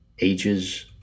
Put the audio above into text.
ages